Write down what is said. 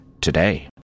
Today